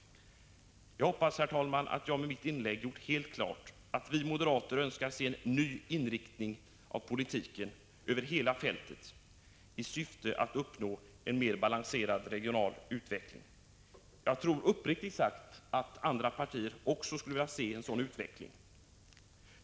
Jag hoppas, herr talman, att jag med mitt inlägg gjort det helt klart att vi moderater önskar se en ny inriktning av politiken över hela fältet i syfte att uppnå en mer balanserad regional utveckling. Jag tror uppriktigt att också andra partier önskar se en sådan utveckling.